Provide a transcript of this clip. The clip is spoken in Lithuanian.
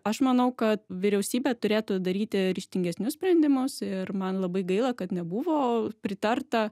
aš manau kad vyriausybė turėtų daryti ryžtingesnius sprendimus ir man labai gaila kad nebuvo pritarta